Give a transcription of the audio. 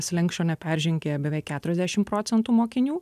slenksčio neperžengė beveik keturiasdešim procentų mokinių